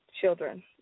children